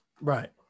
Right